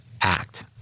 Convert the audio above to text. act